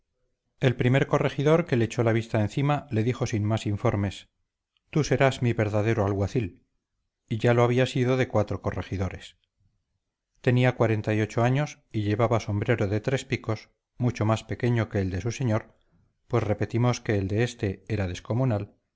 el primer corregidor que le echó la vista encima le dijo sin más informes tú serás mi verdadero alguacil y ya lo había sido de cuatro corregidores tenía cuarenta y ocho años y llevaba sombrero de tres picos mucho más pequeño que el de su señor pues repetimos que el de éste era descomunal capa negra como las medias y todo el